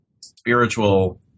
spiritual